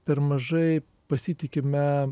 per mažai pasitikime